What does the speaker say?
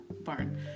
barn